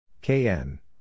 Kn